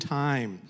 time